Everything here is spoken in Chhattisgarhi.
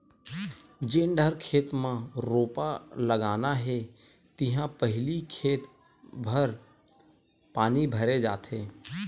जेन डहर खेत म रोपा लगाना हे तिहा पहिली खेत भर पानी भरे जाथे